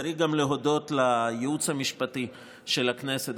צריך גם להודות לייעוץ המשפטי של הכנסת,